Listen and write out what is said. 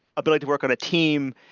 ability to work on a team,